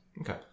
Okay